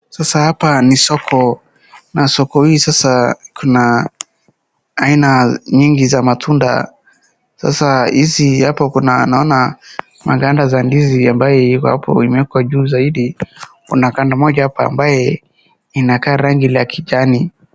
Sasa hapa ni soko na soko hii sasa kuna aina nyingi za matunda, sasa hapo kuna maganda ya ndizi imewekwa juu zaidi, kuna ganda moja hapo ambaye inakaa rangi la kijani.